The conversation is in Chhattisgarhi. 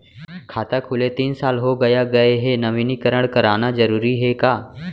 खाता खुले तीन साल हो गया गये हे नवीनीकरण कराना जरूरी हे का?